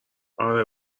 اره